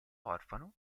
orfano